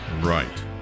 Right